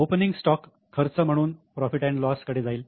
opening stock खर्च म्हणून profit and loss profit loss कडे जाईल